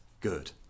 good